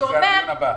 זה הדיון הבא.